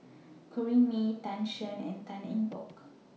Corrinne May Tan Shen and Tan Eng Bock